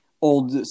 old